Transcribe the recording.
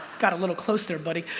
got a little close there buddy,